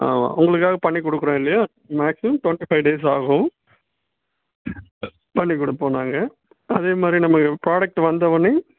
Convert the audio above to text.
ஆமாம் உங்களுக்காக பண்ணிக் கொடுக்குறோம் இல்லையா மேக்ஸிமம் டொண்ட்டி ஃபைவ் டேஸ் ஆகும் பண்ணிக் கொடுப்போம் நாங்கள் அதேமாதிரி நம்ம ப்ராடெக்ட் வந்தவொடனே